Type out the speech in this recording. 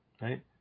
right